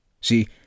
See